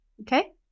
okay